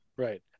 Right